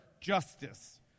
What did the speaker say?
justice